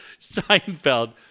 Seinfeld